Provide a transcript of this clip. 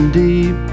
deep